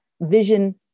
vision